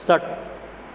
षट्